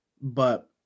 but-